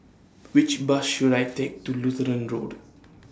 Which Bus should I Take to Lutheran Road